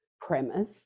premise